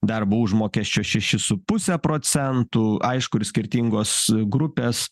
darbo užmokesčio šeši su puse procentų aišku ir skirtingos grupės